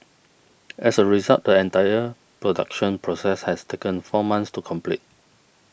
as a result the entire production process has taken four months to complete